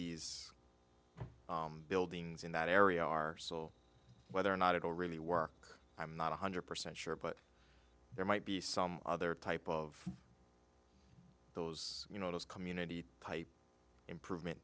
these buildings in that area are whether or not it will really work i'm not one hundred percent sure but there might be some other type of those you know those community type improvement